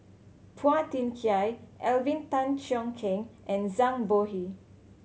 Phua Thin Kiay Alvin Tan Cheong Kheng and Zhang Bohe